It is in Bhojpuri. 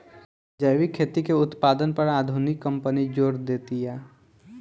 जैविक खेती के उत्पादन पर आधुनिक कंपनी जोर देतिया